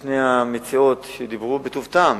ושתי המציעות שדיברו בטוב טעם,